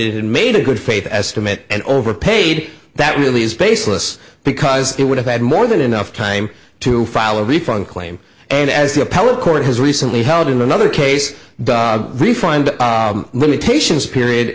had made a good faith estimate and overpaid that really is baseless because they would have had more than enough time to file a refund claim and as the appellate court has recently held in another case the refund limitations period